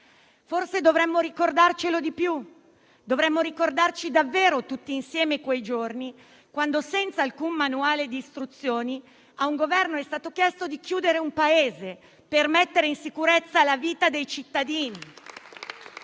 Forse dovremmo ricordarcelo di più. Dovremmo ricordarci davvero tutti insieme quei giorni, quando, senza alcun manuale di istruzioni, a un Governo è stato chiesto di chiudere un Paese per mettere in sicurezza la vita dei cittadini,